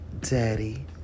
Daddy